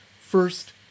First